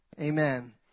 Amen